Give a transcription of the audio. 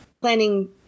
planning